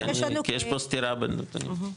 כי יש פה סתירה בנתונים.